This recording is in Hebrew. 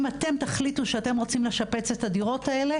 אם אתם תחליטו שאתם רוצים לשפץ את הדירות האלו,